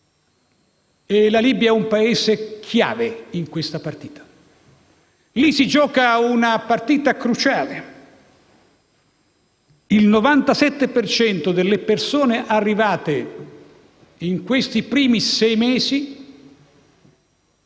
E la Libia è un Paese chiave in questa partita; lì si gioca una partita cruciale: il 97 per cento delle persone arrivate nei primi sei mesi